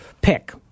Pick